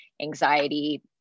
anxiety